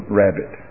rabbit